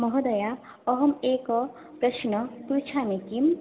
महोदय अहम् एकं प्रश्नं पृच्छामि किं